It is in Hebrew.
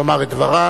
לומר את דברה,